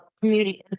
community